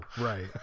Right